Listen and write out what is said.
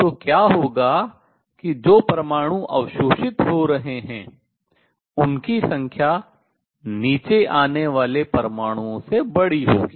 तो क्या होगा कि जो परमाणु अवशोषित हो रहे हैं उनकी संख्या नीचे आने वाले परमाणुओं से बड़ी होगी